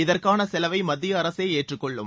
இதற்கான செலவை மத்திய அரசே ஏற்றுக்கொள்ளும்